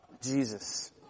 Jesus